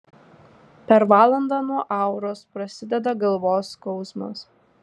per valandą nuo auros prasideda galvos skausmas